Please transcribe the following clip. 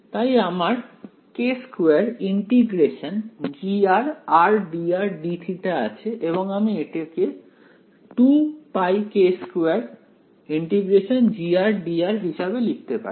তাই আমার k2∫G r dr dθ আছে এবং আমি এটাকে 2πk2∫G r dr হিসেবে লিখতে পারি